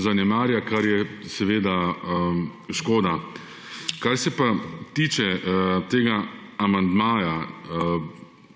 zanemarja, kar je seveda škoda. Kar se pa tiče tega amandmaja,